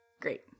Great